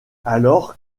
alors